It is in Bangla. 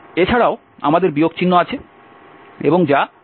এছাড়াও আমাদের বিয়োগ চিহ্ন আছে এবং যা প্লাস চিহ্ন হয়ে যাবে